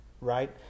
Right